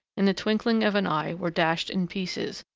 in the twinkling of an eye, were dashed in pieces,